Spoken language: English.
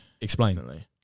Explain